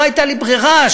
לא הייתה לי ברירה,